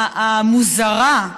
המוזרה,